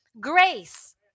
grace